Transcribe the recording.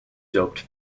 doped